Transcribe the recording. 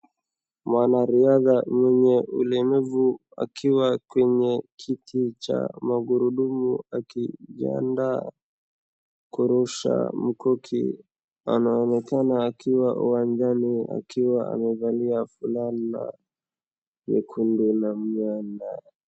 Mwanariadha mwenye ulemavu akiwa kwenye kiti cha magurudumu akijiandaa kurusha mkuki. Anaonekana akiwa uwanjani akiwa amevalia fulana nyekundu na nimeona.